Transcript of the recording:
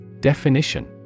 Definition